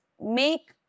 make